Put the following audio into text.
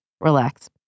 relax